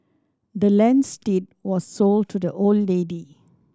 the land's deed was sold to the old lady